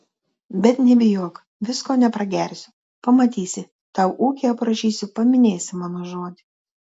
bet nebijok visko nepragersiu pamatysi tau ūkį aprašysiu paminėsi mano žodį